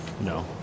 no